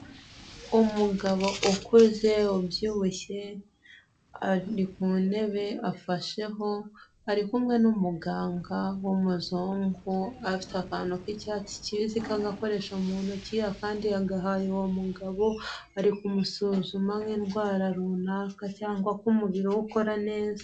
Umugabo ukuze ubyibushye ari ku ntebe afasheho, ari kumwe n'umuganga w'umuzungu, afite akantu k'icyatsi kibisi k'agakoresho mu ntoki, akandi yagahaye uwo mugabo ari kumusuzuma nk'indwara runaka cyangwa ko umubiri we ukora neza.